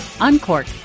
uncork